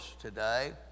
today